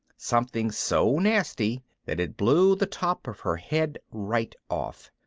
something so nasty that it blew the top of her head right off.